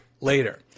later